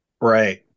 Right